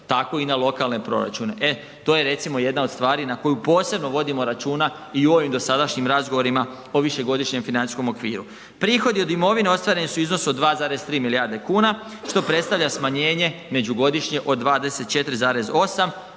tako i na lokalne proračune, e to je recimo jedna od stvari na koju posebno vodimo računa i u ovim dosadašnjim razgovorima o višegodišnjem financijskom okviru. Prihodi od imovine ostvareni su u iznosu od 2,3 milijarde kuna, što predstavlja smanjenje međugodišnje od 24,8, unutra